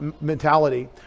mentality